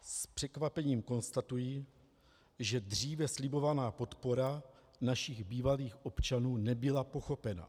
S překvapením konstatuji, že dříve slibovaná podpora našich bývalých občanů nebyla pochopena.